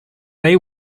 they